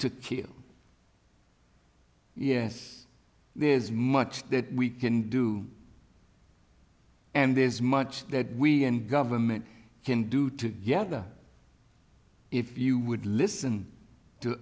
to kill yes there is much that we can do and there's much that we and government can do together if you would listen to